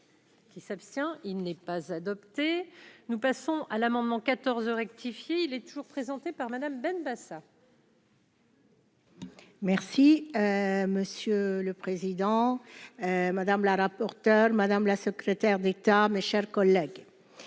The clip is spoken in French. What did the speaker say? Qui s'abstient, il n'est pas adopté, nous passons à l'amendement 14 rectifier, il est toujours présenté par Madame Benbassa. Merci monsieur le président, madame la rapporteure, madame la secrétaire d'État, mes chers collègues,